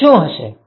જવાબ શું હશે